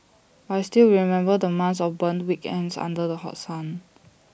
but I still remember the months of burnt weekends under the hot sun